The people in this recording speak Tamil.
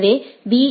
எனவேபி